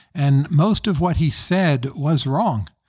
and most of what he said was wrong.